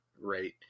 right